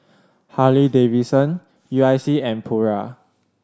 Harley Davidson U I C and Pura